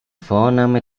vorname